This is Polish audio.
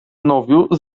nowiu